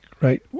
Right